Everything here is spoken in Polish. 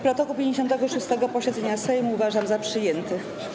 Protokół 56. posiedzenia Sejmu uważam za przyjęty.